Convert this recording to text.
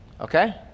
okay